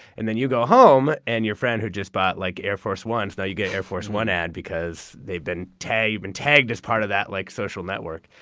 and then you go home and your friend who just bought like air force one s, now you get air force one ads because they've been tagged been tagged as part of that like social network.